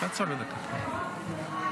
תעצור לדקה, בסדר.